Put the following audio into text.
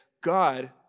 God